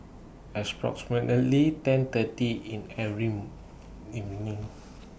ten thirty in every evening